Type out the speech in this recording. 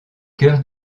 cœur